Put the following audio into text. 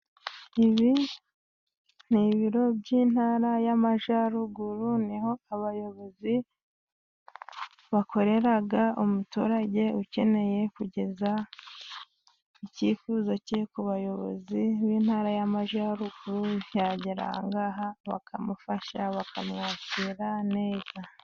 Ibi n'ibiro by'intara y'amajyaruguru niho abayobozi bakorera, umuturage ukeneye kugeza icyifuzo ke ku bayobozi b'intara y'amajyaruguru, cyagera aha bakamufasha, bakamwakira neza.